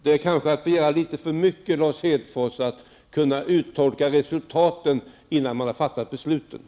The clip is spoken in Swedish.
Det är kanske att begära litet för mycket, Lars Hedfors, att vi skall kunna uttolka resultaten innan beslutet är fattat.